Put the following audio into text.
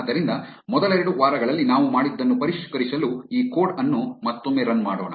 ಆದ್ದರಿಂದ ಮೊದಲೆರಡು ವಾರಗಳಲ್ಲಿ ನಾವು ಮಾಡಿದ್ದನ್ನು ಪರಿಷ್ಕರಿಸಲು ಈ ಕೋಡ್ ಅನ್ನು ಮತ್ತೊಮ್ಮೆ ರನ್ ಮಾಡೋಣ